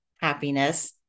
happiness